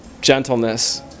gentleness